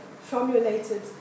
formulated